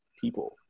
people